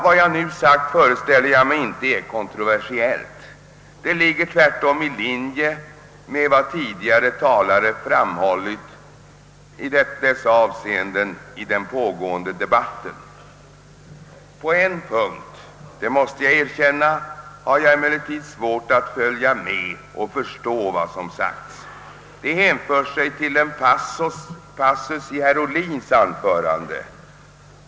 Vad jag nu anfört föreställer jag mig inte är kontroversiellt. Det ligger tvärtom i linje med vad andra talare tidigare under den pågående debatten framhållit i dessa avseenden. På en punkt — det måste jag erkänna — har jag emellertid svårt att följa med och förstå vad som sagts. Det gäller en passus i herr Ohlins anförande.